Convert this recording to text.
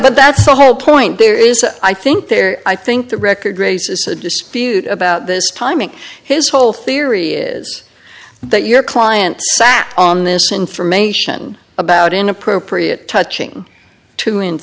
but that's the whole point there is a i think there i think the record race is a dispute about this timing his whole theory is that your client sat on this information about inappropriate touching two in